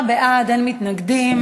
עשרה בעד, אין מתנגדים.